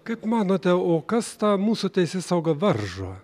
kaip manote o kas tą mūsų teisėsaugą varžo